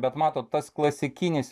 bet matot tas klasikinis